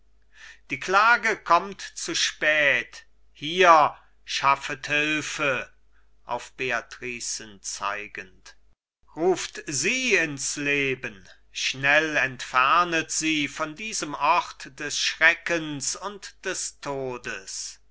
die klage kommt zu spät hier schaffet hilfe auf beatricen zeigend ruft sie ins leben schnell entfernet sie von diesem ort des schreckens und des todes